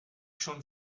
schon